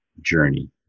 journey